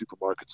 Supermarkets